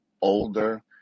older